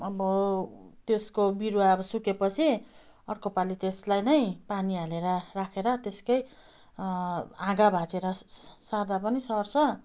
अब त्यसको बिरुवा अब सुकेपछि अर्कोपालि त्यसलाई नै पानी हालेर राखेर त्यसकै हाँगा भाँचेर सार्दा पनि सर्छ